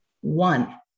One